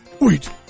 Wait